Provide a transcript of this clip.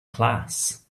class